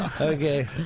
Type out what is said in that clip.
okay